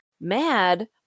mad